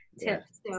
tips